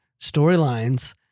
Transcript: storylines